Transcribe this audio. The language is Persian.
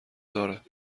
دارد